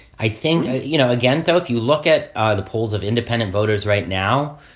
i think, you know, again, though, if you look at the polls of independent voters right now,